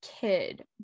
kid